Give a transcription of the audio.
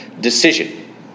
decision